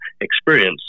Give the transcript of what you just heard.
experience